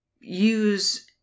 use